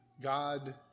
God